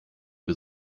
wir